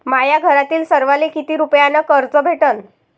माह्या घरातील सर्वाले किती रुप्यान कर्ज भेटन?